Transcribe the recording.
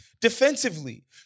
defensively